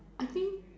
I think